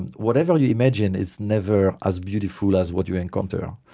whatever you imagine is never as beautiful as what you encounter.